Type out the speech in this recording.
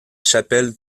chapelle